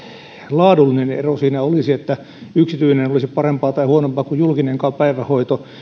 laadullinen ero siinä olisi niin että yksityinen olisi parempaa tai huonompaa kuin julkinen päivähoito